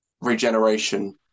regeneration